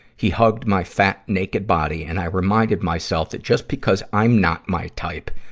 he hugged my fat, naked body, and i reminded myself that just because i'm not my type,